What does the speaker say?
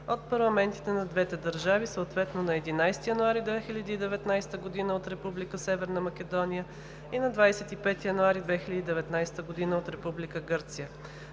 от парламентите на двете държави, съответно на 11 януари 2019 г. от Република Северна Македония и на 25 януари 2019 г. от Република